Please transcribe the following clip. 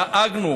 דאגנו